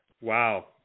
Wow